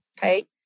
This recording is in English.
Okay